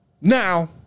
Now